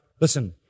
Listen